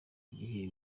gihe